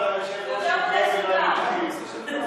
יושב-ראש הכנסת והמתוקים.